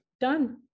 done